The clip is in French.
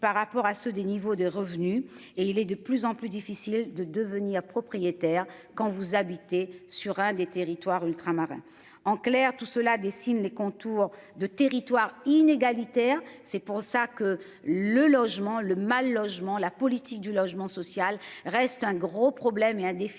par rapport à ceux des niveaux de revenus et il est de plus en plus difficile de devenir propriétaire. Quand vous habitez sur un des territoires ultramarins, en clair tout cela dessine les contours de territoire inégalitaire. C'est pour ça que le logement, le mal-logement. La politique du logement social reste un gros problème et un défi